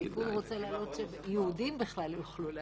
הליכוד רוצה להעלות שיהודים בכלל יוכלו להצביע.